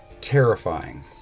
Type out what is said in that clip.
terrifying